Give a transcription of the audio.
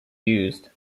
used